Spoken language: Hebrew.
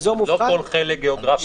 לא כל חלק גיאוגרפי.